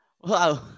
Wow